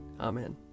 Amen